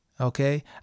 Okay